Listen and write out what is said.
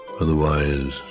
otherwise